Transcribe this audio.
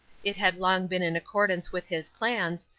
it had long been in accordance with his plans,